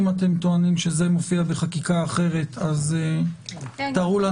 אם אתם טוענים שזה מופיע בחקיקה אחרת אז תראו לנו.